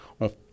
on